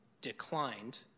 declined